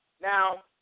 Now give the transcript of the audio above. Now